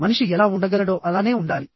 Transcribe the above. మనిషి ఎలా ఉండగలడో అలానే ఉండాలి